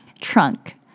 trunk